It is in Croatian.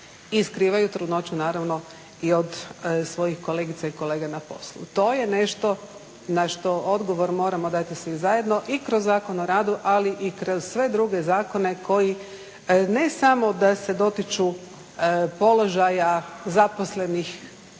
i skrivaju trudnoću naravno i od svojih kolegica i kolega na poslu. To je nešto na što odgovor moramo dati svi zajedno i kroz Zakon o radu ali i kroz sve druge zakone koji ne samo da se dotiču položaja zaposlenih